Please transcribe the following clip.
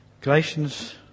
Galatians